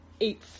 eight